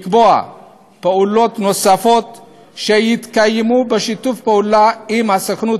לקבוע פעולות שיתקיימו בשיתוף פעולה עם הסוכנות